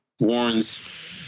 Warns